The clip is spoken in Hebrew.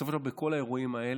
בסופו של דבר, בכל האירועים האלה,